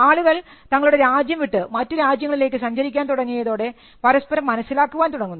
ആളുകൾ തങ്ങളുടെ രാജ്യം വിട്ടു മറ്റു രാജ്യങ്ങളിലേക്ക് സഞ്ചരിക്കാൻ തുടങ്ങിയതോടെ പരസ്പരം മനസ്സിലാക്കാൻ തുടങ്ങുന്നു